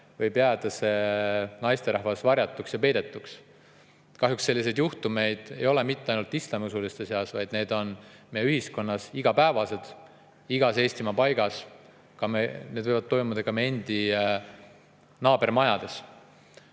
võib jääda see naisterahvas varjatuks ja peidetuks. Kahjuks ei ole selliseid juhtumeid mitte ainult islamiusuliste seas, vaid need on meie ühiskonnas igapäevased, igas Eestimaa paigas. Need võivad toimuda ka meie endi naabermajades.